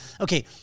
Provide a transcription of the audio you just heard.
okay